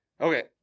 okay